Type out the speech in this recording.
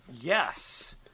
Yes